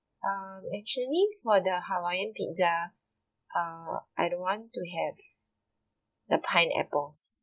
um actually for the hawaiian pizza err I don't want to have the pineapples